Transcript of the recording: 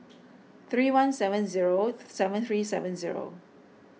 three one seven zero seven three seven zero